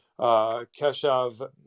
Keshav